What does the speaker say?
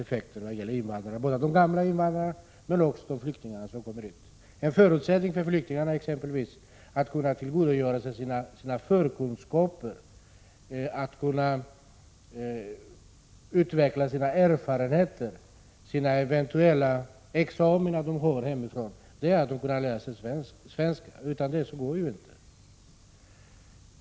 Detta gäller både för de gamla invandrarna och för de flyktingar som kommer hit. En förutsättning för att flyktingarna skall kunna tillgodogöra sig sina tidigare kunskaper, utveckla sina erfarenheter och använda sina eventuella examina hemifrån är att de kan lära sig svenska. Utan det går det ju inte.